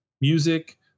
music